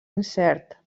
incert